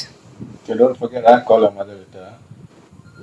so what happen